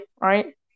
right